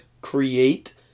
create